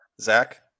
Zach